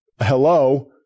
hello